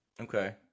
Okay